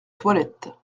toilette